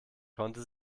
konnte